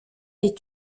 les